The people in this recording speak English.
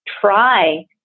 try